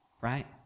right